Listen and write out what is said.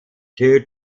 two